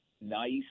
nice